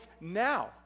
now